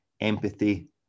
empathy